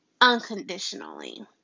unconditionally